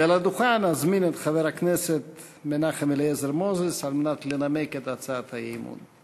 ולדוכן אזמין את חבר הכנסת מנחם אליעזר מוזס לנמק את הצעת האי-אמון.